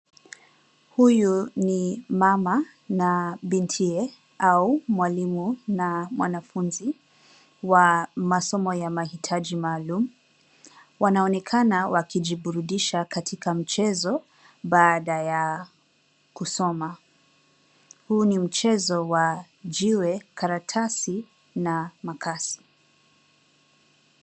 Huyu ni mama na bintiye au mwalimu na mwanafunzi, wa masomo ya mahitaji maalum. Wanaonekana wakijiburudisha katika mchezo baada ya kusoma. Huu ni mchezo wa jiwe karatasi na makasi.